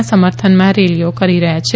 ના સમર્થનમાં રેલીઓ કરી રહ્યા છે